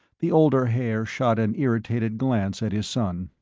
the older haer shot an irritated glance at his son.